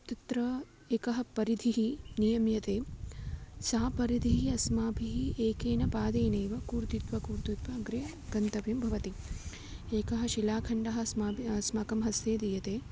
तत्र एका परिधिः नियम्यते सा परिधिः अस्माभिः एकेन पादेनैव कूर्दित्वा कूर्दित्वा अग्रे गन्तव्यं भवति एकः शिलाखण्डः अस्माभि अस्माकं हस्ते दीयते